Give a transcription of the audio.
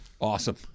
Awesome